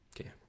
Okay